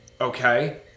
okay